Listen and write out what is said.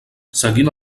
seguint